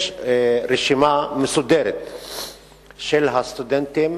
יש רשימה מסודרת של הסטודנטים